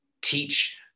teach